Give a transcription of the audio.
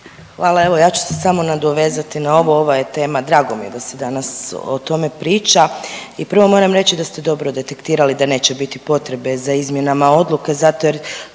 Hvala. Evo, ja ću se samo nadovezati na ovo, ova je tema, drago mi je da se danas o tome priča i prvo moram reći da ste dobro detektirali da neće biti potrebe za izmjenama odluke zato jer